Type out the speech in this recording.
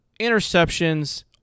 interceptions